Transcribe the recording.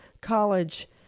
college